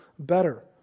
Better